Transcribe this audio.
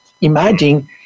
Imagine